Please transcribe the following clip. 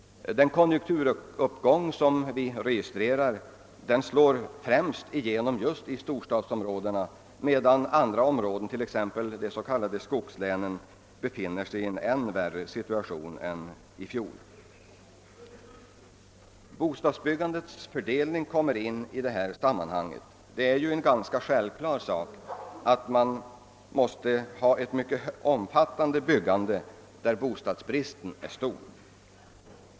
Den konjunkturuppgång som vi registrerar slår främst igenom just i storstadsområdena, medan andra områden, t.ex. de s.k. skogslänen, befinner sig i en ännu värre situation än i fjol. Bostadsbyggandets fördelning kommer in i det här sammanhanget. Det är en ganska självklar sak att man måste ha ett mycket omfattande byggande där bostadsbristen är stor.